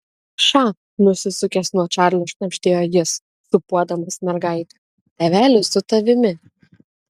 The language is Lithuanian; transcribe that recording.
ša nusisukęs nuo čarlio šnabždėjo jis sūpuodamas mergaitę tėvelis su tavimi